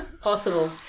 possible